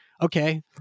Okay